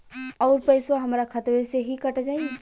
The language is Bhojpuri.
अउर पइसवा हमरा खतवे से ही कट जाई?